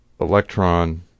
electron